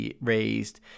raised